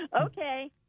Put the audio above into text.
Okay